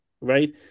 right